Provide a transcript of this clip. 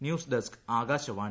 news desk Akashvani